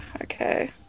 Okay